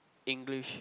English